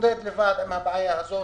להתמודד לבד עם הבעיה הזאת.